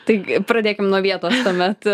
tai pradėkim nuo vietos tuomet